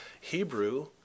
Hebrew